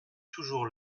toujours